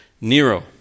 Nero